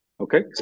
Okay